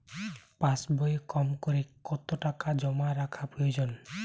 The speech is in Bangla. পাশবইয়ে কমকরে কত টাকা জমা রাখা প্রয়োজন?